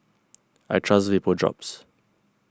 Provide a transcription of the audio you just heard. I trust Vapodrops